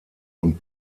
und